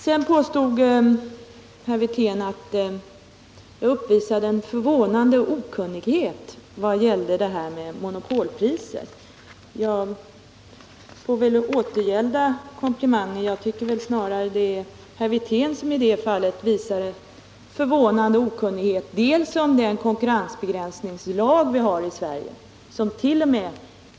Dessutom påstod herr Wirtén att jag uppvisade en förvånande okunnighet vad gällde frågan om monopolpriser. Jag får väl återgälda komplimangen. Jag tycker att det snarare är herr Wirtén som i det avseendet visar en förvånande okunnighet dels om den konkurrensbegränsningslag som vi har i Sverige och somt.o.m.